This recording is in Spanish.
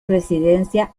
residencia